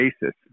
basis